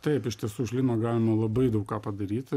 taip iš tiesų iš lino galima labai daug ką padaryti